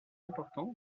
importante